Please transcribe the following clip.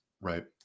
Right